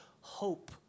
hope